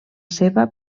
seva